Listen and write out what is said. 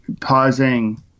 pausing